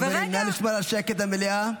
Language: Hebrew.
חברים, נא לשמור על השקט במליאה.